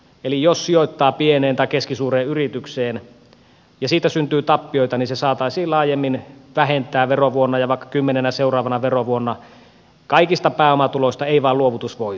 eli jos sijoittaa pieneen tai keskisuureen yritykseen ja siitä syntyy tappioita niin se saataisiin laajemmin vähentää verovuonna ja vaikka kymmenenä seuraavana verovuonna kaikista pääomatuloista ei vain luovutusvoitoista